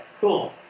cool